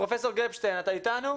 פרופסור גפשטיין, אתה אתנו?